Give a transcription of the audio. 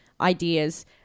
ideas